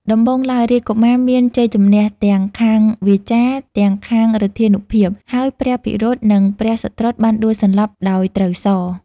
ដំបូងឡើងរាជកុមារមានជ័យជំនះ ទាំងខាងវាចា ទាំងខាងឫទ្ធានុភាព ហើយព្រះភិរុតនិងព្រះសុត្រុតបានដួលសន្លប់ដោយត្រូវសរ។